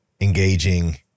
engaging